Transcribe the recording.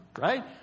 right